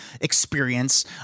experience